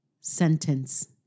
sentence